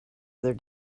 other